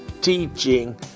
teaching